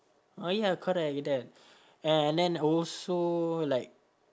oh ya correct and then also like